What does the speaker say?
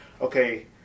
okay